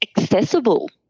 accessible